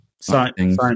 science